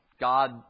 God